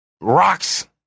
rocks